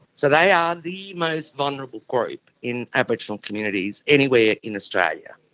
so they are the most vulnerable group in aboriginal communities anywhere in australia.